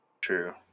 true